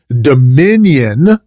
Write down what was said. dominion